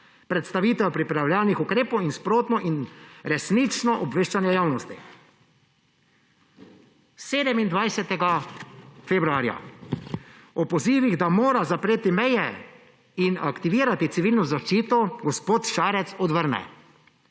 predstavitev pripravljalnih ukrepov in sprotno in resnično obveščanje javnosti. 27. februarja ob pozivih, da mora zapreti meje in aktivirati Civilno zaščito, gospod Šarec odvrne,